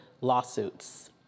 lawsuits